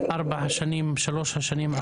בשלוש-ארבע השנים האחרונות,